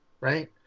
right